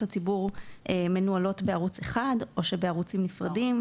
הציבור מנוהלות בערוץ אחד או שבערוצים נפרדים,